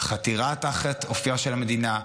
חתירה תחת אופייה של המדינה,